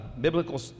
biblical